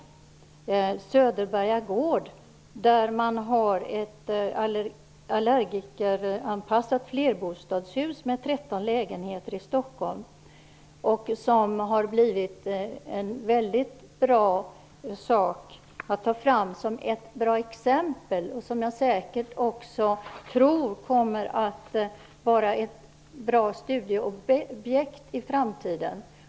Det gäller Söderberga gård där man har ett allergikeranpassat flerbostadshus med 13 lägenheter i Stockholm. Det är ett projekt som är väldigt bra att ta fram som ett exempel och som jag tror kommer att vara ett bra studieobjekt i framtiden.